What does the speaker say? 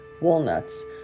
walnuts